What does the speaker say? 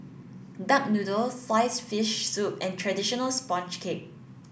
duck noodle sliced fish soup and traditional sponge cake